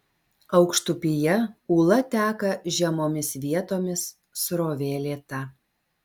aukštupyje ūla teka žemomis vietomis srovė lėta